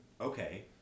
Okay